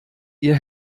ihr